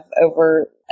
over